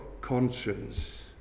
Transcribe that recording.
conscience